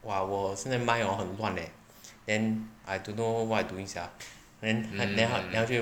哇我现在 mind hor 很乱 eh then I don't know what I doing sia then 他就